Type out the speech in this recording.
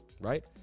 right